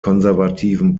konservativen